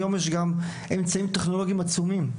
היום, יש גם אמצעים טכנולוגיים עצומים.